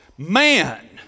Man